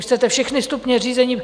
Chcete všechny stupně řízení?